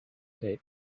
tape